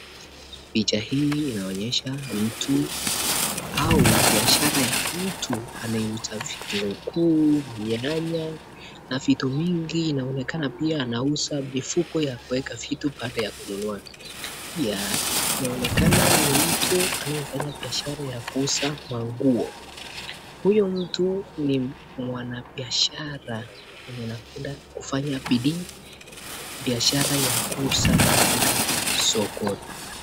Picha hii inaonyesha mtu au biashara ya mtu anayeuza vitunguu nyanya na vitu mingi. Inaonekana pia anauza mifuko ya kuweka vitu baada ya kununua pia inaonekana ni mtu anayefanya biashara ya kuuza manguo. Huyo mtu ni mwanabiashara mwenye anapenda kufanya bidii biashara ya kuuza katika sokoni.